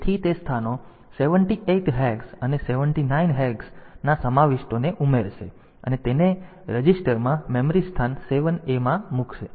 તેથી તે સ્થાનો 78 હેક્સ અને 79 હેક્સના સમાવિષ્ટોને ઉમેરશે અને તેને રજિસ્ટરમાં મેમરી સ્થાન 7 Aમાં મૂકશે